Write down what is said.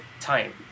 time